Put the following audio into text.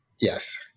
yes